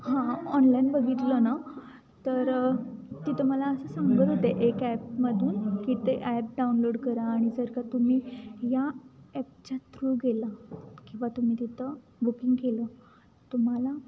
हां ऑनलाईन बघितलं ना तर तिथं मला असं सांगत होते एक ॲपमधून की ते ॲप डाउनलोड करा आणि जर का तुम्ही या ॲपच्या थ्रू गेला किंवा तुम्ही तिथं बुकिंग केलं तुम्हाला